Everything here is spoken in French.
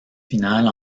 finale